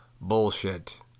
bullshit